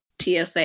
TSA